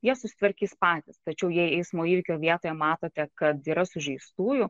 jie susitvarkys patys tačiau jei eismo įvykio vietoje matote kad yra sužeistųjų